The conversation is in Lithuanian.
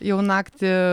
jau naktį